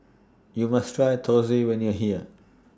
YOU must Try Thosai when YOU Are here